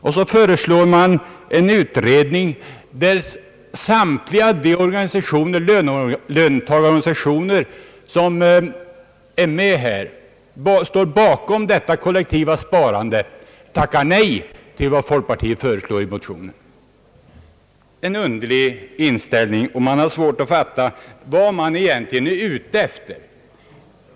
Därför föreslår man i reservationen en utredning, trots att alla de löntagarorganisationer som står bakom detta kollektiva sparande tackat nej till förslaget i folkpartimotionerna. Det är en underlig inställning. Vad är man egentligen ute efter?